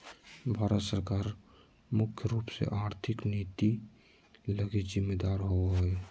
भारत सरकार मुख्य रूप से आर्थिक नीति लगी जिम्मेदर होबो हइ